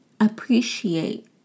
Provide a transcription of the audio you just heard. appreciate